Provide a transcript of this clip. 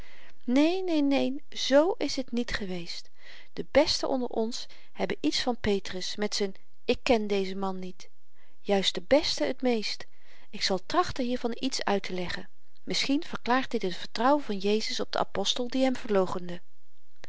neen neen neen z is t niet geweest de besten onder ons hebben iets van petrus met z'n ik ken dezen man niet juist de besten het meest ik zal trachten hiervan iets uitteleggen misschien verklaart dit het vertrouwen van jezus op den apostel die hem